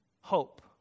hope